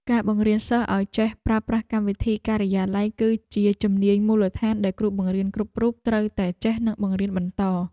ការបង្រៀនសិស្សឱ្យចេះប្រើប្រាស់កម្មវិធីការិយាល័យគឺជាជំនាញមូលដ្ឋានដែលគ្រូបង្រៀនគ្រប់រូបត្រូវតែចេះនិងបង្រៀនបន្ត។